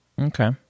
okay